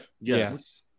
yes